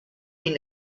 been